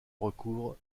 recouvre